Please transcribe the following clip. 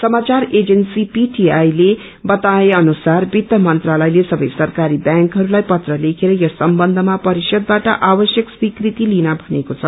समाचार agency PTI ले वताए अनुसार वित्त मन्त्रातयले सबै सरकारी ब्यांकहरूलाई पत्र लेखेर यस सम्बन्धमा परिषदबाट आवश्यक स्वीकृति लिन भनेको छ